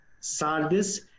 Sardis